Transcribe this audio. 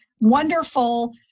wonderful